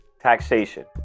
taxation